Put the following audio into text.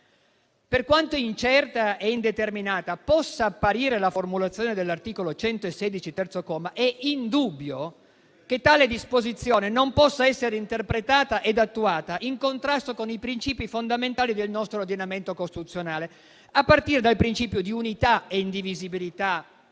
Per quanto incerta e indeterminata possa apparire la formulazione dell'articolo 116, terzo comma, della Costituzione, è indubbio che tale disposizione non possa essere interpretata ed attuata in contrasto con i principi fondamentali del nostro ordinamento costituzionale, a partire dal principio di unità e indivisibilità della